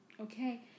Okay